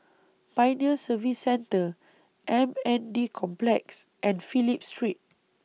Pioneer Service Centre M N D Complex and Phillip Street